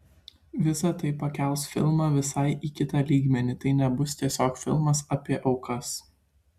visa tai pakels filmą visai į kitą lygmenį tai nebus tiesiog filmas apie aukas